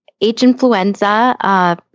H-influenza